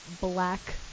black